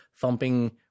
thumping